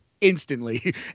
instantly